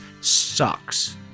sucks